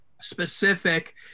specific